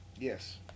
Yes